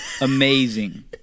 amazing